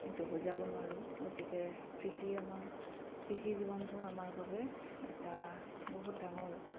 এইটো বুজাব নোৱাৰোঁ গতিকে কৃষি আমাৰ কৃষি জীৱনটো আমাৰ বাবে এটা বহুত ডাঙৰ